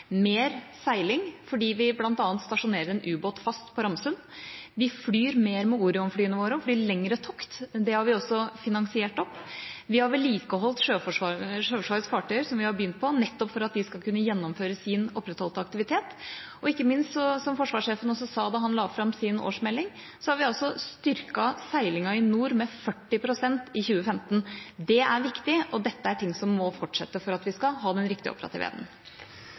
mer seiling fordi vi bl.a. stasjonerer en ubåt fast på Ramsund. Vi flyr mer med Orion-flyene våre og flyr lengre tokter ‒ det har vi også finansiert opp. Vi har begynt på å vedlikeholde Sjøforsvarets fartøyer nettopp for at de skal kunne gjennomføre sin opprettholdte aktivitet, og ikke minst, som forsvarssjefen også sa da han la fram sin årsmelding, har vi styrket seilingen i nord med 40 pst. i 2015. Det er viktig, og dette er ting som må fortsette for at vi skal ha den riktige operative